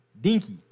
Dinky